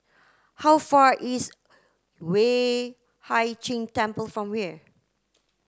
how far is Yueh Hai Ching Temple from here